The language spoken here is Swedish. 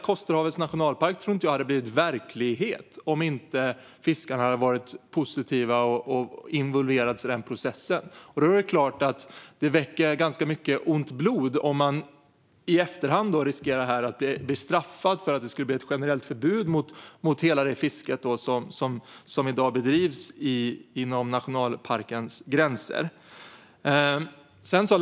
Kosterhavets nationalpark hade inte blivit verklighet om inte fiskarna hade varit positiva och involverats i processen. Då väcker det ont blod om de i efterhand riskerar att bli straffade med ett generellt förbud mot det fiske som i dag bedrivs inom nationalparkens gränser.